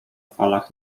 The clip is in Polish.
falach